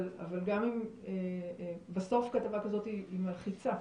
אבל גם בסוף כתבה כזאת מלחיצה.